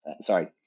Sorry